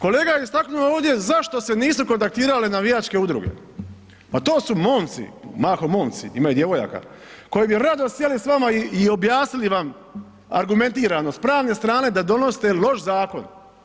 Kolega je istaknuo ovdje zašto se nisu kontaktirale navijačke udruge, pa to su momci, mahom momci, ima i djevojaka, koji bi rado sjeli s vama i, i objasnili vam argumentirano s pravne strane da donosite loš zakon.